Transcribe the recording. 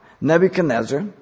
Nebuchadnezzar